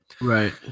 right